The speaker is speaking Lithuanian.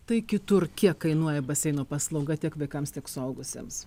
tai kitur kiek kainuoja baseino paslauga tiek vaikams tiek suaugusiems